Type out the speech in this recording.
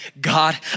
God